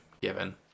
given